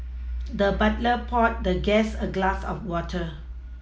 the butler poured the guest a glass of water